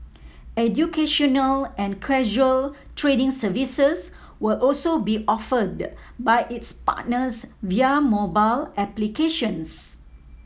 educational and casual trading services will also be offered by its partners via mobile applications